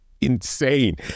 insane